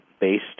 based